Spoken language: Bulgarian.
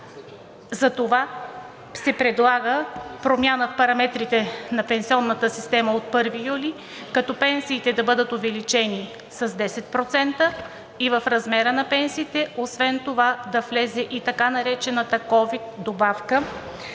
Затова се предлага промяна в параметрите на пенсионната система от 1 юли, като пенсиите да бъдат увеличени с 10% и в размера на пенсиите освен това да влезе и така наречената ковид добавка,